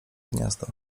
gniazda